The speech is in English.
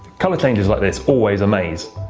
color changes like this always amaze,